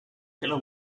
coast